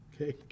okay